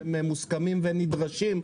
שהם מוסכמים ונדרשים,